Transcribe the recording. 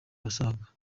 abasaga